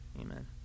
amen